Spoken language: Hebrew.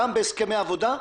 גם בהסכמי עבודה,